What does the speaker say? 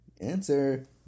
Answer